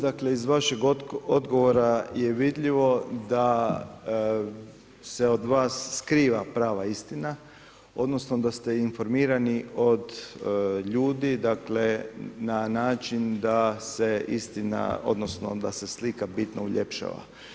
Dakle, iz vašeg odgovora je vidljivo da se od vas skriva prava istina, odnosno, da ste informirani od ljudi, dakle, na način da se istina, odnosno, da se slika bitno uljepšava.